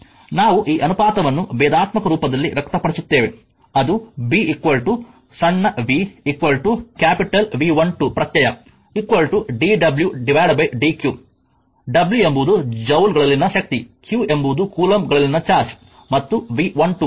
ನಾವು ಈ ಅನುಪಾತವನ್ನು ಭೇದಾತ್ಮಕ ರೂಪದಲ್ಲಿ ವ್ಯಕ್ತಪಡಿಸುತ್ತೇವೆ ಅದು b ಸಣ್ಣ v ಕ್ಯಾಪಿಟಲ್ ವಿ12 ಪ್ರತ್ಯಯ d w dq w ಎಂಬುದು ಜೌಲ್ಗಳಲ್ಲಿನ ಶಕ್ತಿ q ಎಂಬುದು ಕೂಲಂಬ್ಗಳಲ್ಲಿನ ಚಾರ್ಜ್ ಮತ್ತು ವಿ 12 ವೋಲ್ಟ್ಗಳಲ್ಲಿನ ವೋಲ್ಟೇಜ್